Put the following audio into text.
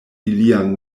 ilian